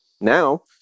now